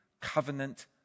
Covenant